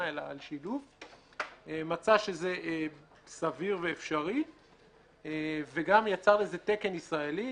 אלא על שילוב - מצא שזה סביר ואפשרי וגם יצר לזה תקן ישראלי.